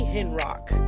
Henrock